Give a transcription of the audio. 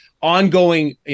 ongoing